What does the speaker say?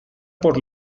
por